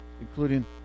including